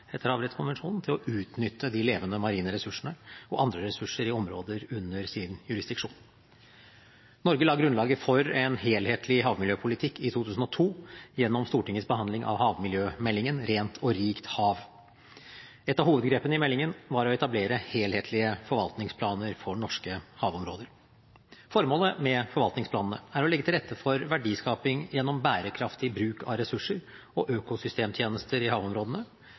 Havrettskonvensjonen til å utnytte de levende marine ressursene og andre ressurser i områder under sin jurisdiksjon. Norge la grunnlaget for en helhetlig havmiljøpolitikk i 2002 gjennom Stortingets behandling av havmiljømeldingen Rent og rikt hav. Et av hovedgrepene i meldingen var å etablere helhetlige forvaltningsplaner for norske havområder. Formålet med forvaltningsplanene er å legge til rette for verdiskaping gjennom bærekraftig bruk av ressurser og økosystemtjenester i havområdene